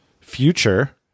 future